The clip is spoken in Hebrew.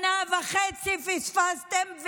שנה וחצי פספסתם,